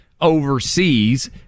overseas